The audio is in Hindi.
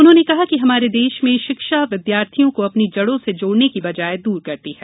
उन्होंने कहा कि हमारे देश में शिक्षा विद्यार्थियों को अपनी जड़ो से जोड़ने की बजाय दूर करती है